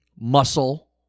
Muscle